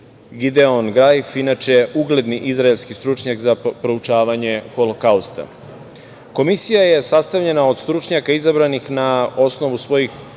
Gideon Gajf, inače ugledni izraelski stručnjak za proučavanje Holokausta, Komisija je sastavljena od stručnjaka izabranih na osnovu svojih